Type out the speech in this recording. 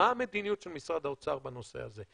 מה המדיניות של משרד האוצר בנושא הזה?